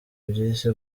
byisi